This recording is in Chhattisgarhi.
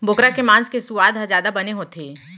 बोकरा के मांस के सुवाद ह जादा बने होथे